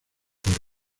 porno